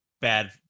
bad